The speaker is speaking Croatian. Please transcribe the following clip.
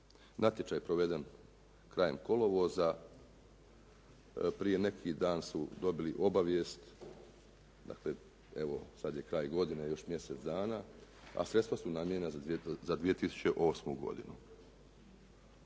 natječaj proveden krajem kolovoza, prije neki dan su dobili obavijest, dakle evo sad je kraj godine, još mjesec dana, a sredstva su namijenjena za 2008. godinu.